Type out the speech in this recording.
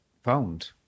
found